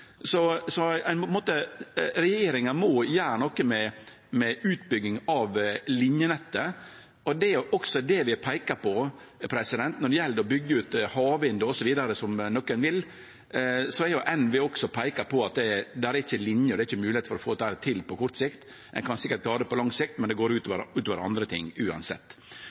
Regjeringa må gjere noko med utbygging av linenettet, og det er også det vi har peika på. Når det gjeld å byggje ut havvind osv., som nokre vil, har også NVE peika på at det ikkje er liner og mogeleg å få det til på kort sikt. Ein kan sikkert klare det på lang sikt, men det går utover andre ting uansett.